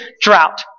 drought